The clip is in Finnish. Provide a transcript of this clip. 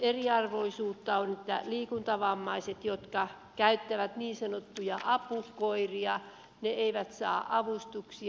eriarvoisuutta on myös että liikuntavammaiset jotka käyttävät niin sanottuja apukoiria eivät saa avustuksia